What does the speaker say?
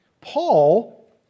Paul